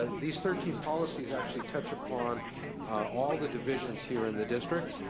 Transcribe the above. ah these thirteen policies actually touch upon all the divisions here in the district.